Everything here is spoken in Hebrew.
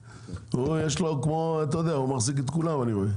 הוא מחזיק את כולם אני רואה.